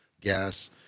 gas